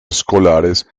escolares